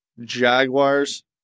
Jaguars